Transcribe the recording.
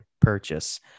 purchase